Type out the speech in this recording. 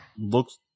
looks